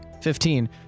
Fifteen